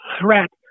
threat